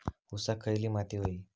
ऊसाक खयली माती व्हयी?